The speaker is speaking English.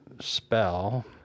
spell